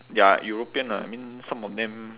ya european lah I mean some of them